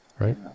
Right